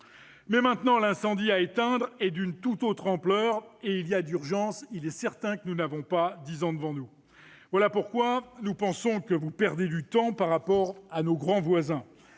Mais maintenant, l'incendie à éteindre est d'une tout autre ampleur et il y a urgence. Nous n'avons pas dix ans devant nous. Voilà pourquoi nous pensons que vous perdez du temps par rapport à nos grands voisins.